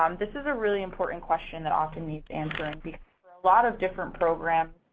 um this is a really important question that often needs answering because for a lot of different programs,